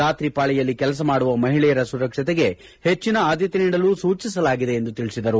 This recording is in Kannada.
ರಾತ್ರಿ ಪಾಳಿಯಲ್ಲಿ ಕೆಲಸ ಮಾಡುವ ಮಹಿಳೆಯರ ಸುರಕ್ಷತೆಗೆ ಹೆಚ್ಚಿನ ಆದ್ದತೆ ನೀಡಲು ಸೂಚಿಸಲಾಗಿದೆ ಎಂದು ತಿಳಿಸಿದರು